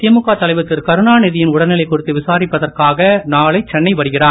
திமுக தலைவர் திருகருணாநிதியின் உடல்நிலை குறித்து விசாரிப்பதற்காக நானை சென்னை வருகிறார்